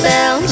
Bell